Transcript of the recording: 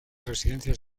residencias